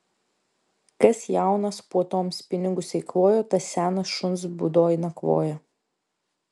kas jaunas puotoms pinigus eikvojo tas senas šuns būdoj nakvoja